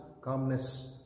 calmness